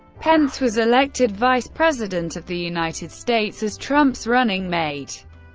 pence was elected vice president of the united states as trump's running mate.